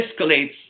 escalates